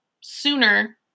sooner